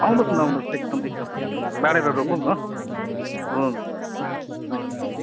आउनुहोस् न आउनुहोस् एकदम एकदम एकदम बाँडेर रोपौँ न हुन्छ हुन्छ हुन्छ हुन्छ